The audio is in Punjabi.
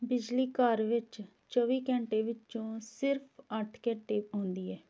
ਬਿਜਲੀ ਘਰ ਵਿੱਚ ਚੌਵੀ ਘੰਟੇ ਵਿੱਚੋਂ ਸਿਰਫ਼ ਅੱਠ ਘੰਟੇ ਆਉਂਦੀ ਹੈ